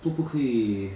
都不可以